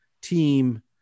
team